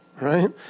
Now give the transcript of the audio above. right